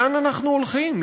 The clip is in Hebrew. לאן אנחנו הולכים,